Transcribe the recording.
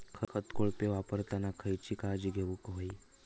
खत कोळपे वापरताना खयची काळजी घेऊक व्हयी?